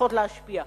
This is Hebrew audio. צריכות להשפיע.